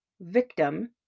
victim